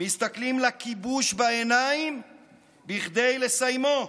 מסתכלים לכיבוש בעיניים כדי לסיימו.